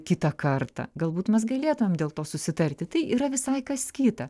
kitą kartą galbūt mes galėtumėm dėl to susitarti tai yra visai kas kita